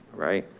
right.